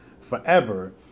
forever